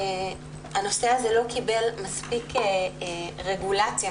הנושא הזה לא קיבל מספיק רגולציה,